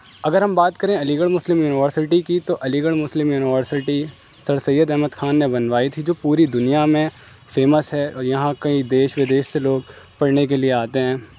اگر ہم بات کریں علی گڑھ مسلم یونیورسٹی کی تو Aligarh Muslim University sir Syed Ahmad Khan نے بنوائی تھی جو پوری دنیا میں فیمس ہے اور یہاں کئی دیش ودیش سے لوگ پڑھنے کے لیے آتے ہیں